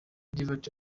divert